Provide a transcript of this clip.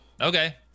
Okay